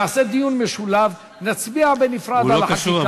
נעשה דיון משולב, נצביע בנפרד על כל חקיקה.